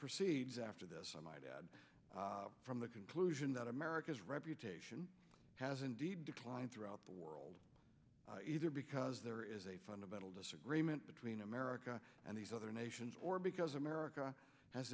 proceeds after this i might add from the conclusion that america's reputation has indeed declined throughout the world either because there is a fundamental disagreement between america and these other nations or because america has